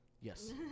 Yes